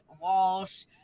Walsh